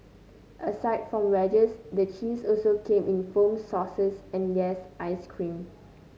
aside from wedges the cheese also came in foams sauces and yes ice cream